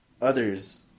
others